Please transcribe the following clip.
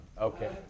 Okay